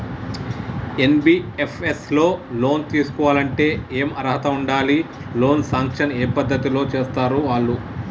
NBFS లో loan తీస్కోవాలంటే ఏం అర్హత ఉండాలి? లోన్ సాంక్షన్ ఏ పద్ధతి లో చేస్తరు వాళ్లు?